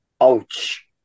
ouch